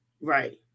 Right